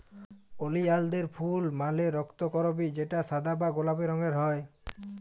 ওলিয়ালদের ফুল মালে রক্তকরবী যেটা সাদা বা গোলাপি রঙের হ্যয়